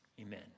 amen